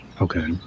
Okay